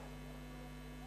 בשעה